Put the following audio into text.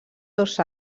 dos